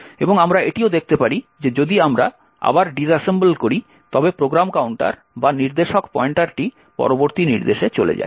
এবং আমরা এটিও দেখতে পারি যে যদি আমরা আবার ডিস অ্যাসেম্বল করি তবে প্রোগ্রাম কাউন্টার বা নির্দেশক পয়েন্টারটি পরবর্তী নির্দেশে চলে যায়